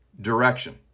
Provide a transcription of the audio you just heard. direction